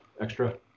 extra